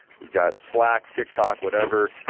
we've got slack, tiktok, whatever.